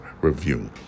review